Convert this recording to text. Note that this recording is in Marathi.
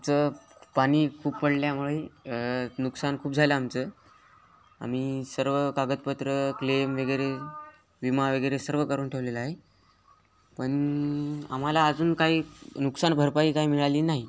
आमचं पाणी खूप पडल्यामुळे नुकसान खूप झालं आमचं आम्ही सर्व कागदपत्रं क्लेम वगैरे विमा वगैरे सर्व करून ठेवलेलं आहे पण आम्हाला अजून काही नुकसान भरपाई काय मिळाली नाही